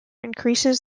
increases